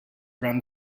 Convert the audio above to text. run